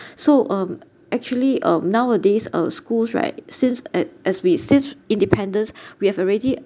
so um actually um nowadays uh schools right since at as we since independence we have already